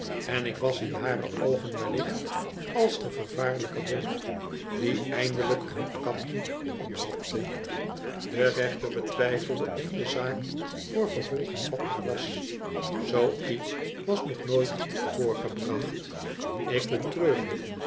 en ik was in hare oogen wellicht als de vervaarlijke wolf die eindelijk roodkapje ophapte de rechter betwijfelde of de zaak voor vervolging vatbaar was zoo iets was nog nooit voorgebracht ik betreurde